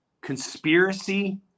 Conspiracy